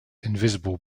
invisible